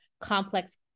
complex